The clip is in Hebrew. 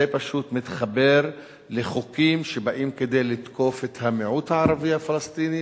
זה פשוט מתחבר לחוקים שבאים כדי לתקוף את המיעוט הערבי הפלסטיני,